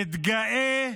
שמתגאה